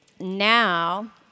Now